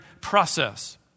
process